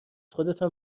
خودتان